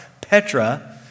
Petra